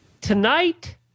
Tonight